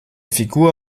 figur